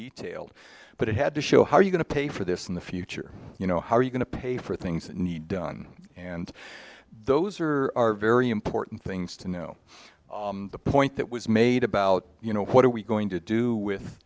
detailed but it had to show how are you going to pay for this in the future you know how are you going to pay for things that need done and those are very important things to know the point that was made about you know what are we going to do with